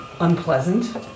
Unpleasant